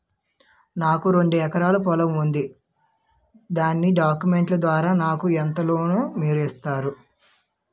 నాకు రెండు ఎకరాల పొలం ఉంది దాని డాక్యుమెంట్స్ ద్వారా నాకు ఎంత లోన్ మీరు ఇస్తారు?